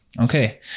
okay